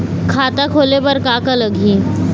खाता खोले बर का का लगही?